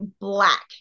black